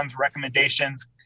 recommendations